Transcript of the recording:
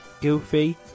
Goofy